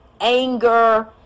anger